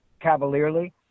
cavalierly